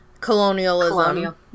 colonialism